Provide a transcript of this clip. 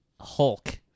hulk